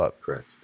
Correct